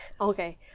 okay